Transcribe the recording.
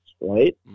right